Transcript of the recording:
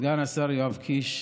ראשית, סגן השר יואב קיש,